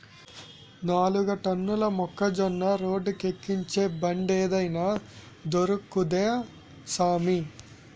నాలుగు టన్నుల మొక్కజొన్న రోడ్డేక్కించే బండేదైన దొరుకుద్దా సామీ